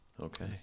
Okay